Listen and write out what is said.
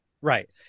Right